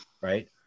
right